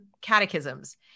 catechisms